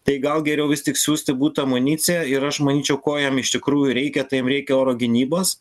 tai gal geriau vis tik siųsti būtų amuniciją ir aš manyčiau ko jiem iš tikrųjų reikia tai jiem reikia oro gynybos